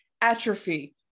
atrophy